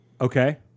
Okay